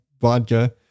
vodka